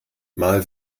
mal